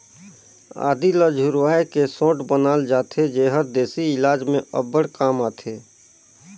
आदी ल झुरवाए के सोंठ बनाल जाथे जेहर देसी इलाज में अब्बड़ काम आथे